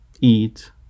eat